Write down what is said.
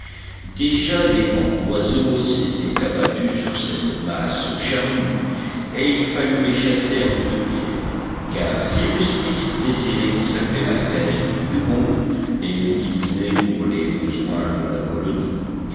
déjà des bandes d'oiseaux s'étaient abattus sur cette masse charnue et il fallut les chasser à coups de pierres car cyrus smith désirait conserver la graisse du dugong et l'utiliser pour les besoins de la colonie